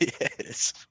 Yes